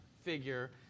figure